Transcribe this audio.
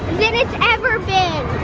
ever been.